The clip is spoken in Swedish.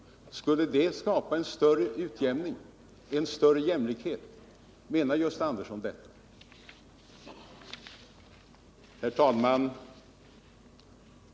Skulle det skapa en större utjämning, en större jämlikhet? Menar Gösta Andersson detta? Herr talman!